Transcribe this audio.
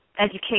education